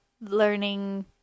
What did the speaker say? learning